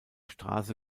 straße